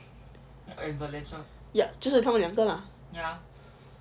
ya 就是他们两个 lah